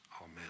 Amen